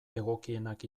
egokienak